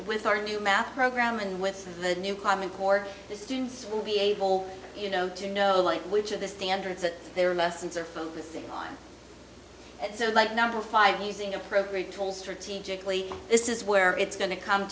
with our new math program and with the new common core the students will be able you know to know like which of the standards that their lessons are focusing on and so like number five using appropriate tools for team to cli this is where it's going to come